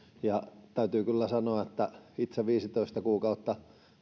ja täytyy kyllä sanoa että itse viisitoista kuukautta